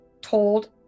told